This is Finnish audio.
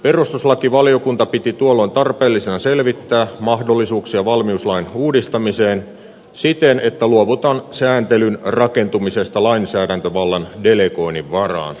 perustuslakivaliokunta piti tuolloin tarpeellisena selvittää mahdollisuuksia valmiuslain uudistamiseen siten että luovutaan sääntelyn rakentumisesta lainsäädäntövallan delegoinnin varaan